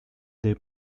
their